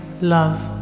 love